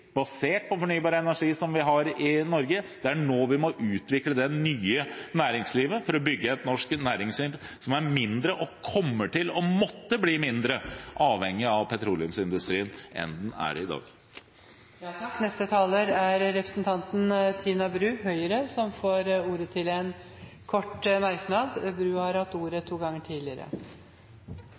basert på fornybar energi som vi har i Norge, det er nå vi må utvikle det nye næringslivet for å bygge et norsk næringsliv som er mindre – og kommer til å måtte bli mindre – avhengig av petroleumsindustrien enn det er i dag. Representanten Tina Bru har hatt ordet to ganger tidligere og får ordet til en kort merknad, begrenset til 1 minutt. Jeg har